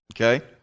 Okay